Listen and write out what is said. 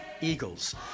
eagles